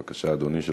בבקשה, אדוני.